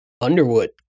Underwood